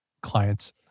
clients